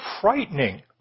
frightening